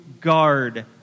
guard